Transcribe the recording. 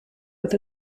with